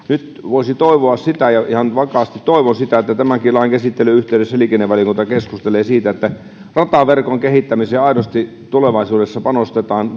nyt voisi toivoa sitä ja ihan vakaasti toivon sitä että tämänkin lain käsittelyn yhteydessä liikennevaliokunta keskustelee siitä että rataverkon kehittämiseen aidosti tulevaisuudessa panostetaan